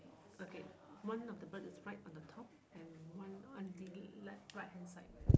okay one of the bird is right on the top and one on the life right hand side